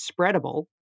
spreadable